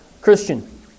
Christian